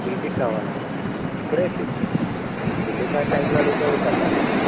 TC కావాల ఇప్పుడేంటి ఎటూకాని టైములో అడుగుతావేంటమ్మ నువ్వు